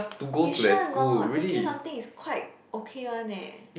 you sure or not two three something is quite okay one eh